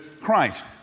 Christ